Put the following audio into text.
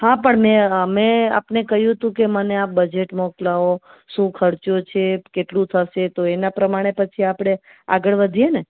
હા પણ મેં મેં આપને કહ્યું હતું કે મને આપ બજેટ મોકલાવો શું ખર્ચો છે કેટલું થશે તો એના પ્રમાણે પછી આપણે આગળ વધીએ ને